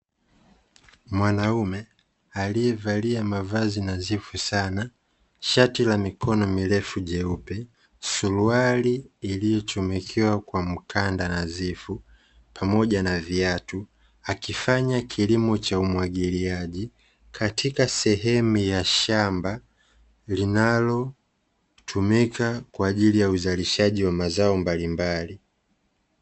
Mwanaume aliyevalia mavazi nadhifu sana, shati la mikono mirefu jeupe, suruali iliochomekewa kwa mkanda nadhifu pamoja na viatu, akifanya kilimo cha umwagiliaji katika sehemu ya shamba linalotumika kwa ajili ya uzalishaji wa mazao mbalimbali.